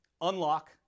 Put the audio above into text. Unlock